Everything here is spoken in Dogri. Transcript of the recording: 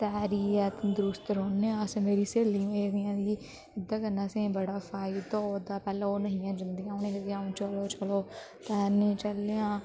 तैरियै तंदरुस्त रौह्ने आं अस मेरी स्हेलियें बी बोला दियां कि ओह्दे कन्नै असें बडा फायदा होआ दा पैह्लें ओह् नेहियां जंदियां उनेंगी ही कि आ'ऊं चलो चलो तैरने गी चलने आं